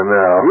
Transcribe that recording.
now